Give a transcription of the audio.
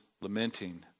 lamenting